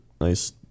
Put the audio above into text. nice